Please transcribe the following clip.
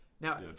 Now